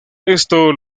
esto